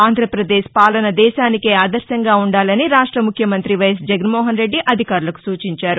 ఆంధ్రాపదేశ్ పాలన దేశానికే ఆదర్గంగా ఉండాలని రాష్ట ముఖ్యమంత్రి వైఎస్ జగన్మోహన్ రెడ్లి అధికారులకు సూచించారు